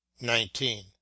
nineteen